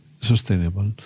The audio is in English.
sustainable